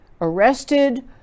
arrested